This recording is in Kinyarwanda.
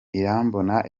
irambona